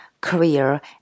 career